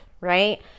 right